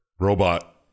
Robot